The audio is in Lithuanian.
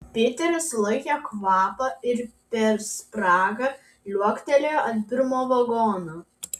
piteris sulaikė kvapą ir per spragą liuoktelėjo ant pirmojo vagono